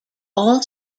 all